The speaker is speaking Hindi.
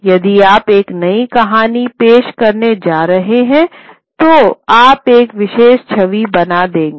यदि आप एक नई कहानी पेश करने जा रहे हैं तो आप एक विशेष छवि बना देगे